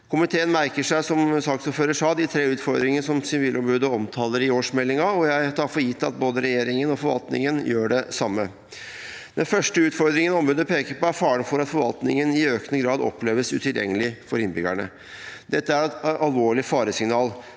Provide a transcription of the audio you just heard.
Komiteen merker seg, som Hagen sa, de tre utfordringene som Sivilombudet omtaler i årsmeldingen, og jeg tar for gitt at både regjeringen og forvaltningen gjør det samme. Den første utfordringen ombudet peker på, er faren for at forvaltningen i økende grad oppleves utilgjengelig for innbyggerne. Dette er et alvorlig faresignal,